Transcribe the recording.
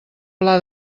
pla